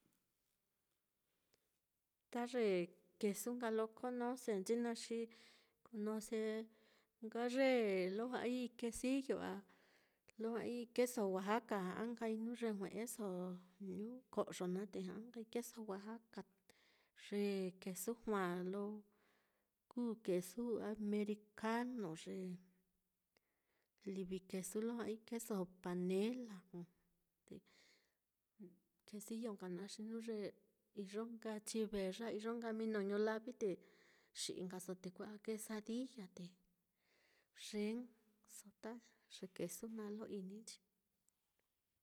Ta ye kesu nka lo conoce nchi naá, xi conoce nka ye lo ja'ai quesillo á, lo ja'ai keso oaxaca, nka jnu ye jue'eso, ñuu ko'yo naá, te ja'a nkai keso oaxaca, ye kesu juaa lo kuu kesu americano, ye kesu lo ja'ai keso panela, quesillo nka naá, xi jnu ye iyo nka chiveya, iyon nka mino ñulavi te xi'i nkaso te kua'a quesadilla te yeeso, ta ye kesu naá lo ini nchi.